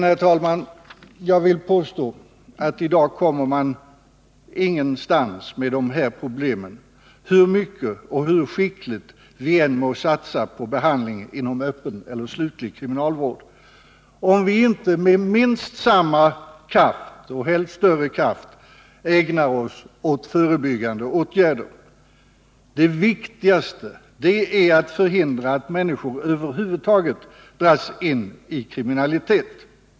Men, herr talman, jag vill påstå att i dag kommer vi ingenstans med de här problemen — hur mycket och hur skickligt vi än må satsa på behandling inom öppen eller sluten kriminalvård — om vi inte med minst lika stor och helst större kraft ägnar oss åt förebyggande åtgärder. Det viktigaste är att förhindra att människor över huvud taget dras in i kriminalitet.